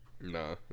No